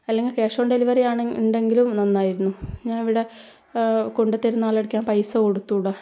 അല്ലെങ്കിൽ cash on delivery ആണ് ഉണ്ടെങ്കിലും നന്നായിരുന്നു ഞാൻ ഇവിടെ കൊണ്ടു തരുന്ന ആളുടെ അടുക്കൽ ഞാൻ പൈസ കൊടുത്ത് വിടാം